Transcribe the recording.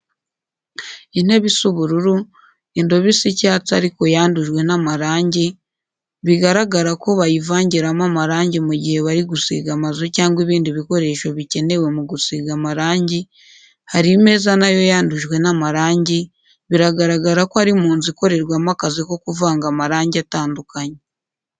Intebe isa ubururu, indobo isa icyatsi ariko yandujwe n'amarangi, bigaragara ko bayivangiramo amarangi mu gihe bari gusiga amazu cyangwa ibindi bikoresho bikenewe mu gusiga amarangi, hari imeza na yo yandujwe n'amarangi, biragaragara ko ari mu nzu ikorerwamo akazi ko kuvanga amarangi atandukanye.